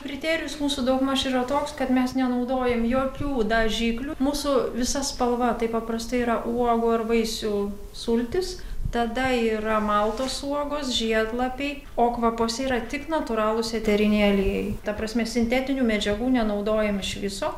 kriterijus mūsų daugmaž yra toks kad mes nenaudojam jokių dažiklių mūsų visa spalva tai paprastai yra uogų ar vaisių sultys tada yra maltos uogos žiedlapiai o kvapuose yra tik natūralūs eteriniai aliejai ta prasme sintetinių medžiagų nenaudojam iš viso